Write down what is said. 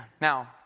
Now